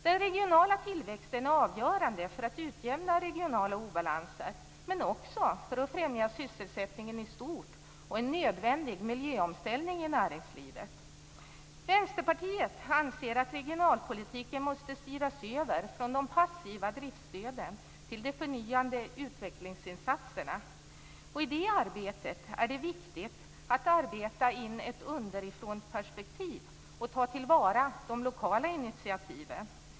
Den regionala tillväxten är avgörande för att utjämna regionala obalanser men också för att främja sysselsättningen i stort och en nödvändig miljöomställning i näringslivet. Vänsterpartiet anser att regionalpolitiken måste styras över från de passiva driftsstöden till de förnyande utvecklingsinsatserna. I det arbetet är det viktigt att arbeta i ett underifrånperspektiv och ta till vara de lokala initiativen.